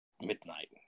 midnight